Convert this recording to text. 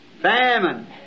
Famine